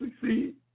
succeed